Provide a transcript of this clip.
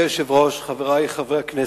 אדוני היושב-ראש, חברי חברי הכנסת,